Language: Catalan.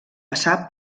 passar